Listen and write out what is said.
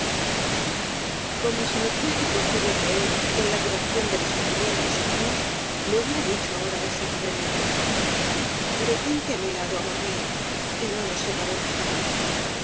como si me fuese posible creer en la duración de los sentimientos humanos le hubiera dicho ahora á esa pobre niña detente á mi lado amor mío y no nos separemos jamás